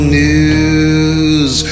news